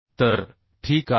तर ठीक आहे